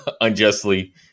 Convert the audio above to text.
unjustly